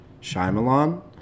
Shyamalan